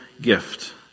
gift